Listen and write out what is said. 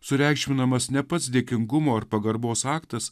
sureikšminamas ne pats dėkingumo ir pagarbos aktas